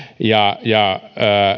ja ja